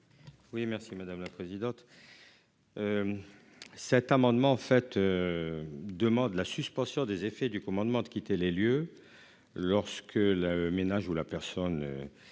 Oui merci madame la présidente. Cet amendement fait. Demande la suspension des effets du commandement de quitter les lieux. Lorsque le ménage ou la personne.